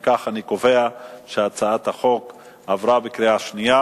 אם כך, אני קובע שהצעת החוק עברה בקריאה שנייה.